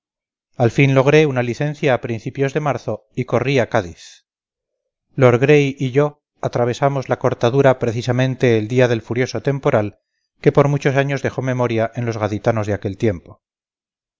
al fin logré una licencia a principios de marzo y corrí a cádiz lord gray y yo atravesamos la cortadura precisamente el día del furioso temporal que por muchos años dejó memoria en los gaditanos de aquel tiempo